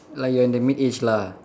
like you are in the mid age lah